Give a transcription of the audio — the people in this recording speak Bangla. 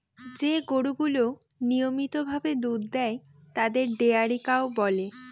যে গরুগুলা নিয়মিত ভাবে দুধ দেয় তাদের ডেয়ারি কাউ বলে